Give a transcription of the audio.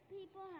People